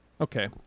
Okay